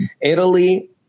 Italy